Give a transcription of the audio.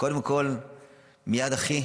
קודם כל "מיד אחי"